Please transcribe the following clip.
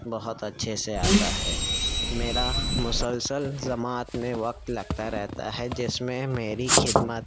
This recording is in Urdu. بہت اچھے سے آتا ہے میرا مسلسل جماعت میں وقت لگتا رہتا ہے جس میں میری خدمت